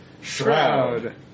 Shroud